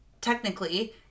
technically